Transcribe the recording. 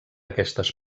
aquestes